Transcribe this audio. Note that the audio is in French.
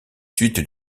suites